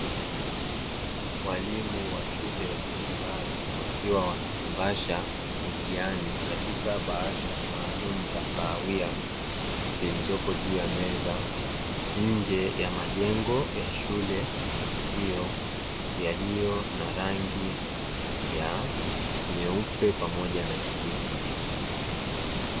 Walimu wa shule ya sekondari wakifungasha mitihani katika bahasha maalumu za kahawia zilizopo juu ya meza nje ya majengo ya shule hiyo yaliyo na rangi ya nyeupe pamoja na kijivu.